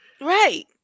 Right